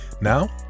Now